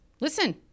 Listen